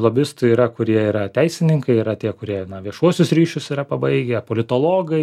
lobistų yra kurie yra teisininkai yra tie kurie na viešuosius ryšius yra pabaigę politologai